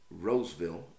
Roseville